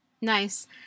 Nice